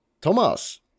Thomas